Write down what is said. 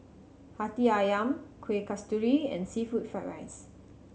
Hati Ayam Kuih Kasturi and seafood fried rice